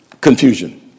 confusion